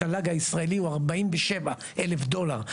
התל"ג הישראלי הוא 47 אלף דולר.